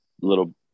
little